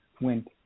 went